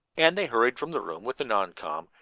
and they hurried from the room with the non-com,